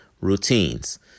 routines